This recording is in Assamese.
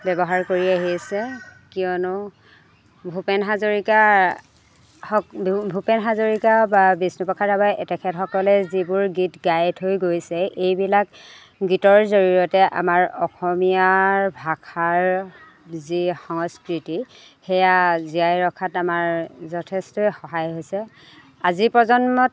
ব্যৱহাৰ কৰি আহিছে কিয়নো ভূপেন হাজৰিকা হওক ভূপেন হাজৰিকা বা বিষ্ণুপ্ৰসাদ ৰাভাই তেখেতসকলে যিবোৰ গীত গাই থৈ গৈছে এইবিলাক গীতৰ জৰিয়তে আমাৰ অসমীয়াৰ ভাষাৰ যি সংস্কৃতি সেয়া জীয়াই ৰখাত আমাৰ যথেষ্টই সহায় হৈছে আজি প্ৰজন্মত